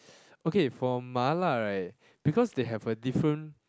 okay for Mala right because they have a different